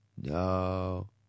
No